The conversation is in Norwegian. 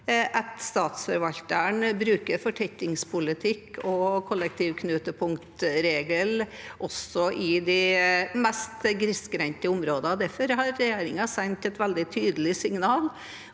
at statsforvalteren bruker fortettingspolitikk og kollektivknutepunktregelen også i de mest grisgrendte områdene. Derfor har regjeringen sendt et veldig tydelig signal